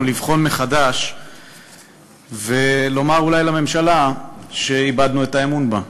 לבחון מחדש ולומר אולי לממשלה שאיבדנו את האמון בה.